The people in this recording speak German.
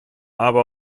aber